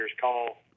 call